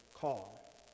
call